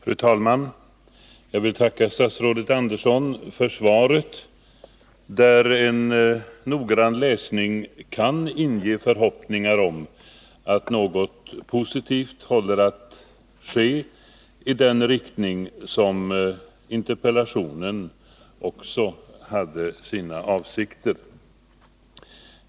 Fru talman! Jag vill tacka statsrådet Andersson för svaret. En noggrann läsning av det kan inge förhoppningar om att något positivt håller på att ske i den riktning som också anges i interpellationen.